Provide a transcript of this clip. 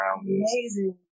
Amazing